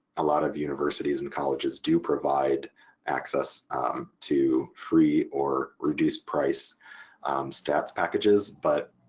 ah sort of universities and colleges do provide access to free or reduced-price stats packages, but